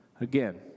Again